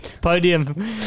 Podium